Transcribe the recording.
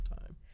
time